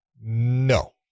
No